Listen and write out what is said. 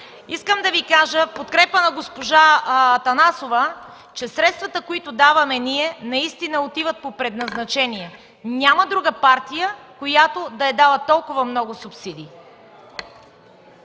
Искам да Ви кажа, в подкрепа на госпожа Атанасова, че средствата, които даваме ние наистина отиват по предназначение. Няма друга партия, която да е дала толкова много субсидии.